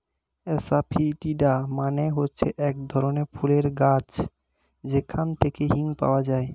asafoetida মানে হচ্ছে এক ধরনের ফুলের গাছ যেখান থেকে হিং পাওয়া যায়